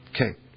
Okay